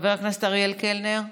חבר הכנסת אריאל קלנר,